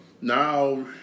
Now